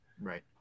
Right